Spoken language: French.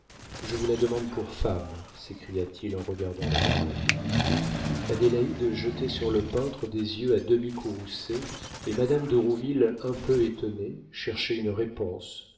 je vous la demande pour femme s'écria-t-il en regardant la baronne adélaïde jetait sur le peintre des yeux à demi courroucés et madame de rouville un peu étonnée cherchait une réponse